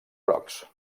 grocs